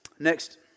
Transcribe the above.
Next